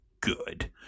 good